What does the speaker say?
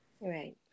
Right